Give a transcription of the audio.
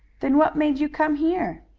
then what made you come here?